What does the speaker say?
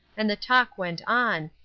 and the talk went on,